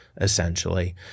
essentially